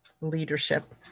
leadership